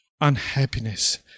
unhappiness